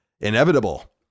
Inevitable